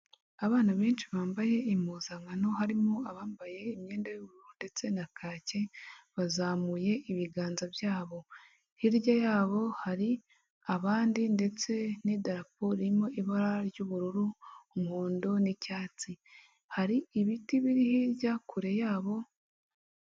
Abana benshi bambaye impuzankano harimo abambaye imyenda y'ubururu ndetse na kake bazamuye ibiganza byabo, hirya yabo hari abandi ndetse n'idarapo ririmo ibara ry'ubururu, umuhondo n'icyatsi. Hari ibiti biri hirya kure yabo.